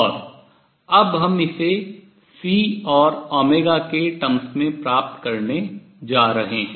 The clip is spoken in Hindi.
और अब हम इसे C और के terms पदों में प्राप्त करने जा रहे हैं